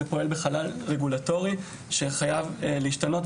פועל בחלל רגולטורי שחייב להשתנות.